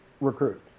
recruit